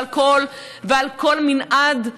ועל כל מנעד הנקודות,